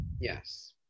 Yes